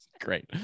Great